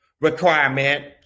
requirement